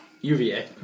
UVA